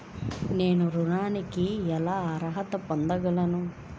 నేను ఋణానికి ఎలా అర్హత పొందగలను?